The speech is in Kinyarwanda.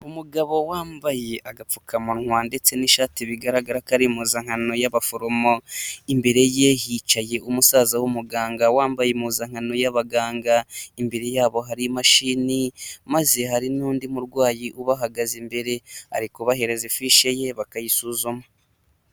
Umugabo wambaye agapfukamunwa ndetse n'ishati bigaragara kari impuzankano y'abaforomo. Imbere ye hicaye umusaza w'umuganga wambaye impuzankano y'abaganga. Imbere yabo hari imashini maze hari n'undi murwayi ubahagaze imbere, arikubahireza ifishi ye bakayisuzuma.